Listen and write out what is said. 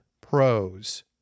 pros